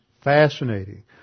fascinating